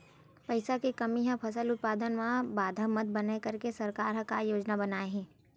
पईसा के कमी हा फसल उत्पादन मा बाधा मत बनाए करके सरकार का योजना बनाए हे?